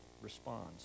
responds